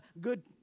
good